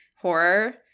horror